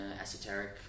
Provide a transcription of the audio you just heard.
esoteric